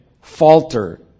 falter